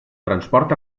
transport